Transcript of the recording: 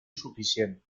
suficient